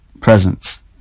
presence